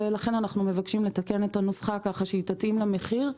ולכן אנחנו מבקשים לתקן את הנוסחה ככה שהיא תתאים למחיר.